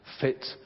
fit